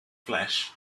flesh